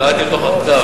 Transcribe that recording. אני קראתי מהכתב.